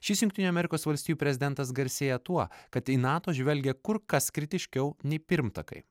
šis jungtinių amerikos valstijų prezidentas garsėja tuo kad į nato žvelgia kur kas kritiškiau nei pirmtakai